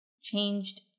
changed